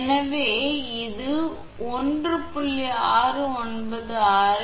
அதாவது 11 × 103 √3 × 2𝜋 × 50 × 0